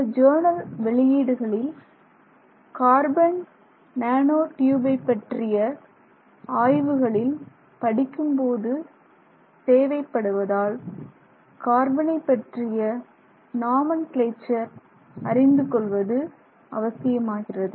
சில ஜர்னல் வெளியீடுகளில் carbon nano டியூபை பற்றிய ஆய்வுகளில் படிக்கும்போது தேவைப்படுவதால் கார்பனை பற்றிய நாமன்கிலேச்சர் அறிந்து கொள்வது அவசியமாகிறது